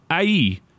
IE